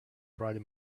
brought